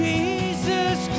Jesus